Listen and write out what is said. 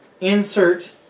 insert